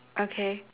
okay